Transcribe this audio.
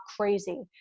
crazy